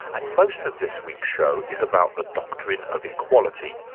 and most of this week's show is about the doctrine of equality.